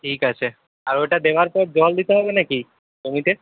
ঠিক আছে আর ওটা দেওয়ার পর জল দিতে হবে নাকি জমিতে